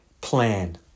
plan